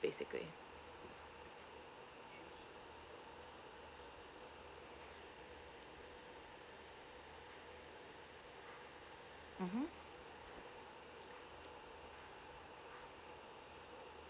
basically mmhmm